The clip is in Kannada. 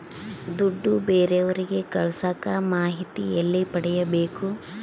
ದುಡ್ಡು ಬೇರೆಯವರಿಗೆ ಕಳಸಾಕ ಮಾಹಿತಿ ಎಲ್ಲಿ ಪಡೆಯಬೇಕು?